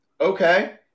okay